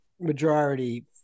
majority